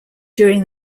during